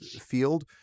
field